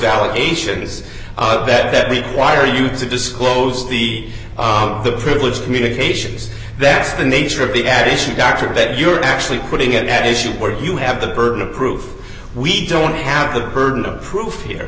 allegation is that that require you to disclose the the privileged communications that's the nature of the admission dr that you're actually putting it at issue where you have the burden of proof we don't have the burden of proof here